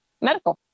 medical